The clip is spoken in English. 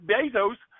Bezos